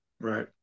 Right